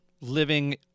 living